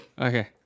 Okay